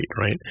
right